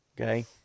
okay